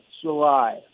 july